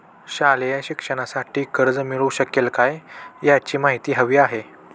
शालेय शिक्षणासाठी कर्ज मिळू शकेल काय? याची माहिती हवी आहे